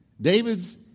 David's